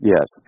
Yes